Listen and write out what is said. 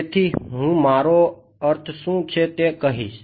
તેથી હું મારો અર્થ શું છે તે કહીશ